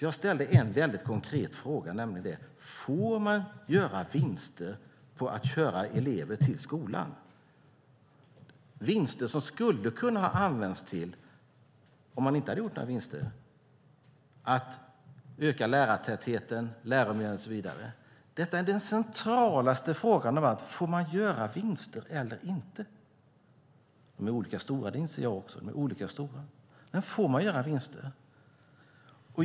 Jag ställde en konkret fråga om man får göra vinster på att köra elever till skolan, vinster som skulle ha kunnat användas till att öka lärartätheten, läromedlen och så vidare. Den mest centrala frågan av alla är: Får man göra vinster eller inte? De är olika stora, det inser jag också, men får man göra vinster?